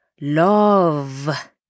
love